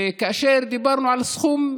כאשר דיברנו על סכום,